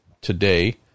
today